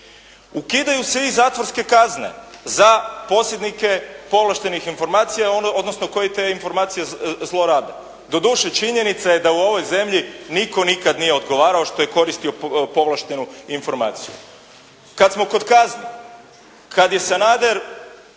Ukidaju se i zatvorske kazne za posrednike povlaštenih informacija, odnosno koji te informacije zlorabe. Doduše činjenica je da u ovoj zemlji nitko nikada nije odgovarao što je koristio povlaštenu informaciju. Kada smo kod kazni, kada je Sanader